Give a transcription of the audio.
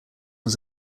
was